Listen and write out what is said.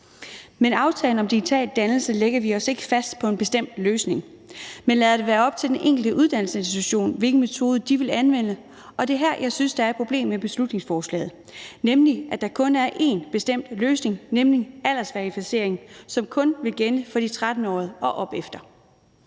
Med aftalen om digital dannelse lægger vi os ikke fast på en bestemt løsning, men lader det være op til den enkelte uddannelsesinstitution, hvilken metode de vil anvende, og det er her, jeg synes, at der er et problem med beslutningsforslaget, nemlig at der kun er én bestemt løsning, nemlig en aldersverificering, som kun vil gælde for de 13-årige og opefter.